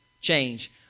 change